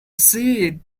see